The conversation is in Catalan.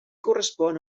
correspon